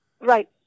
Right